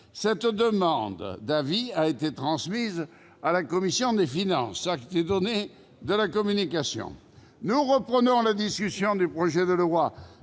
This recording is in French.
Cette demande d'avis a été transmise à la commission des finances. Acte est donné de cette communication. Nous reprenons la discussion du projet de loi,